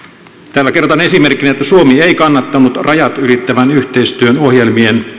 täällä kerrotaan esimerkkinä että suomi ei kannattanut rajat ylittävän yhteistyön ohjelmien